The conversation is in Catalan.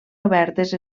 obertes